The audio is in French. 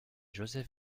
joseph